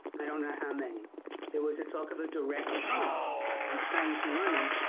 they don't know how many there was talk of a direct tunnel and trains running